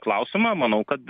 klausimą manau kad